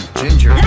ginger